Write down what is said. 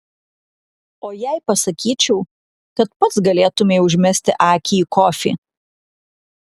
o jei pasakyčiau kad pats galėtumei užmesti akį į kofį